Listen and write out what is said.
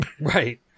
Right